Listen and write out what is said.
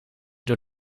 door